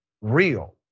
real